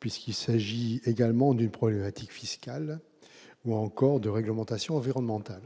puisqu'il comporte également une problématique fiscale ou encore de réglementation environnementale.